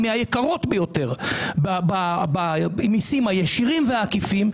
מהיקרות ביותר במיסים הישירים והעקיפים,